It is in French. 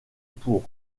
pour